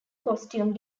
costume